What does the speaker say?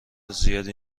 زیادی